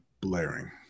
blaring